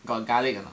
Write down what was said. got garlic or not